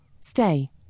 Stay